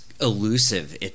elusive